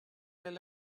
their